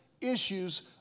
issues